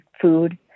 food